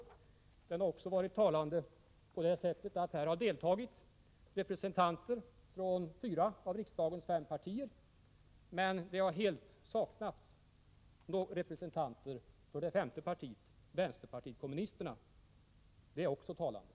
Debatten har också varit talande på det sättet att representanter för fyra av riksdagens fem partier har deltagit i denna. Det har dock helt saknats representanter för det femte partiet, nämligen vänsterpartiet kommunisterna. Det är också talande.